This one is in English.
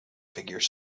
figure